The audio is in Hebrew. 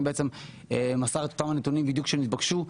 מסר את אותם הנתונים בדיוק שהתבקשו,